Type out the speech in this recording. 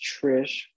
Trish